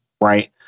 right